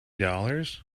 dollars